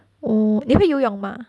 orh 你会游泳吗